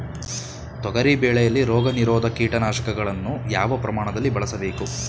ತೊಗರಿ ಬೆಳೆಯಲ್ಲಿ ರೋಗನಿರೋಧ ಕೀಟನಾಶಕಗಳನ್ನು ಯಾವ ಪ್ರಮಾಣದಲ್ಲಿ ಬಳಸಬೇಕು?